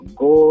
go